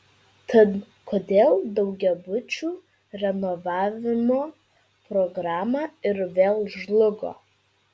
tad kodėl daugiabučių renovavimo programa ir vėl žlugo